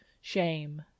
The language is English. shame